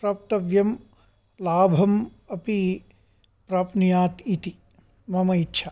प्राप्तव्यं लाभम् अपि प्राप्नुयात् इति मम इच्छा